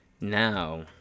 Now